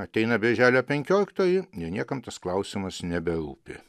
ateina birželio penkioliktoji ir niekam tas klausimas neberūpi